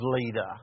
leader